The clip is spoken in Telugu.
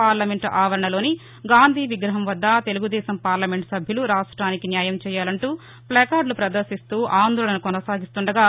పార్లమెంట్ ఆవరణలోని గాంధీ విగ్రహం వద్ద తెలుగుదేశం పార్లమెంటు సభ్యులు రాప్టొనికి న్యాయం చేయాలంటూ ప్లకార్డులు ప్రదర్శిస్తూ ఆందోళన చేస్తుండగా